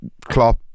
Klopp